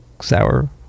sour